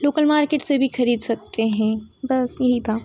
local market से भी खरीद सकते हैं बस यही था